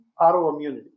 autoimmunity